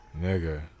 Nigga